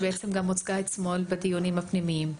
שבעצם גם הוצגה אתמול בדיונים הפנימיים.